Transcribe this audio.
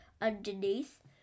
underneath